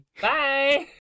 Bye